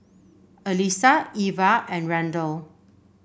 Alisa Iva and Randell